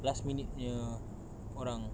last minute punya orang